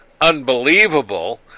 unbelievable